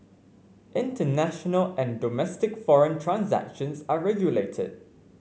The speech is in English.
international and domestic foreign transactions are regulated